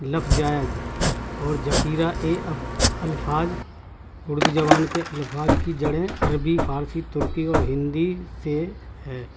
لفظ اور ذخیرہ الفاظ اردو زبان کے الفاظ کی جڑیں عربی فارسی ترقی اور ہندی سے ہیں